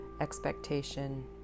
expectation